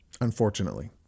unfortunately